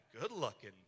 good-looking